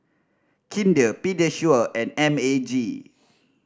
Kinder Pediasure and M A G